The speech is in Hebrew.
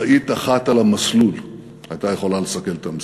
משאית אחת על המסלול הייתה יכולה לסכל את המשימה.